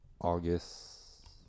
August